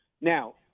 Now